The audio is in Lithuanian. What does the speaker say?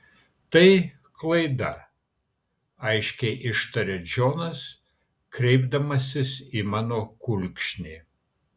tai klaida aiškiai ištaria džonas kreipdamasis į mano kulkšnį